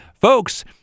folks